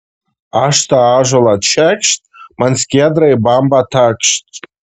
aš tą ąžuolą čekšt man skiedra į bambą takšt